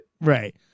Right